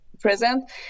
present